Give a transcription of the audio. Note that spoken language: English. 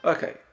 Okay